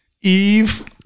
Eve